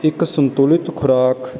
ਇੱਕ ਸੰਤੁਲਿਤ ਖੁਰਾਕ